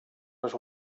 was